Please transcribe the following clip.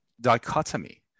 dichotomy